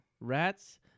Rats